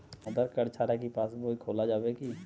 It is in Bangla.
আধার কার্ড ছাড়া কি পাসবই খোলা যাবে কি?